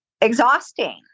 exhausting